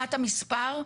מבחינת המספר,